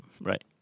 right